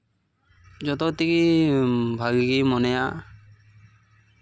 ᱡᱷᱚᱛᱚ ᱛᱮᱜᱮ ᱵᱷᱟᱹᱜᱤ ᱜᱮ ᱢᱚᱱᱮᱭᱟ